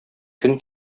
көн